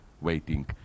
waiting